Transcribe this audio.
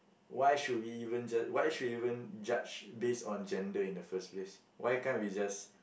why should we even judge why should we even judge based on gender in the first place why can't we just